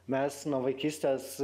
mes nuo vaikystės